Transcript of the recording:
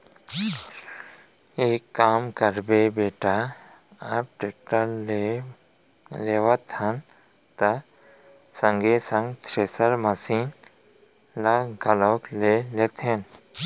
एक काम करबे बेटा अब टेक्टर लेवत हन त संगे संग थेरेसर मसीन ल घलौ ले लेथन